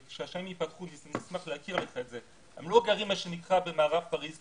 הם לא גרים במערב פריז.